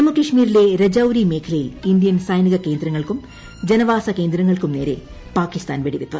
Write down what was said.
ജമ്മുകാശ്മീരിലെ രജൌരി മേഖലയിൽ ഇന്ത്യൻ സൈനിക കേന്ദ്രങ്ങൾക്കും കേന്ദ്രങ്ങൾക്കുംനേരെ ജനവാസ പാകിസ്ഥാൻ വെടിവയ്പ്